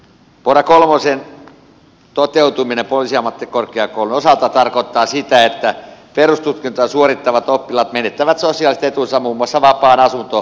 pora kolmosen toteutuminen poliisiammattikorkeakoulun osalta tarkoittaa sitä että perustutkintoa suorittavat oppilaat menettävät sosiaaliset etunsa muun muassa vapaan asunto ja ruokaedun